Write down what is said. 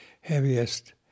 heaviest